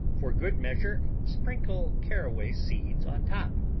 for good measure sprinkle caraway seeds on top,